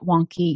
wonky